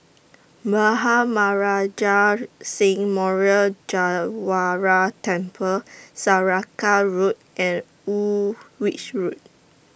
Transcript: Bhai Maharaj Singh Memorial Gurdwara Temple Saraca Road and Woolwich Road